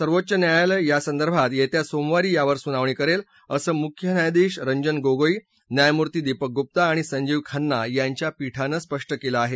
सर्वोच्च न्यायालय यासंदर्भात येत्या सोमवारी यावर सुनावणी करेल असं मुख्य न्यायाधीश रंजन गोगोई न्यायमूर्ती दीपक गुप्ता आणि संजीव खन्ना यांच्या पीठानं स्पष्ट केलं आहे